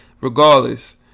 Regardless